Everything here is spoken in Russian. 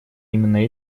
именно